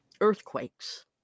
earthquakes